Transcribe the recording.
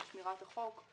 על שמירת החוק,